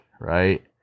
right